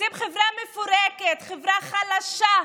רוצים חברה מפורקת, חברה חלשה.